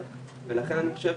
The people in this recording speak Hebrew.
-- לכן אני חושב